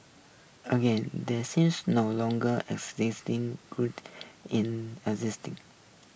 again there seems no longer good in